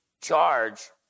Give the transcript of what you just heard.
charge